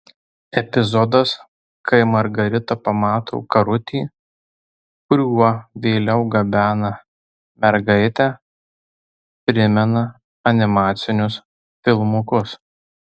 epizodas kai margarita pamato karutį kuriuo vėliau gabena mergaitę primena animacinius filmukus